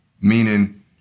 meaning